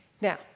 Now